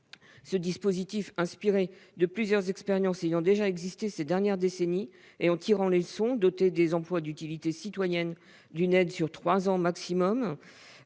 Ce dispositif, inspiré de plusieurs expériences de ces dernières décennies et en tirant les leçons, dote les emplois d'utilité citoyenne d'une aide sur trois ans maximum,